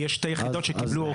כי יש שתי יחידות שקיבלו אורכה.